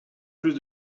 plus